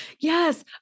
Yes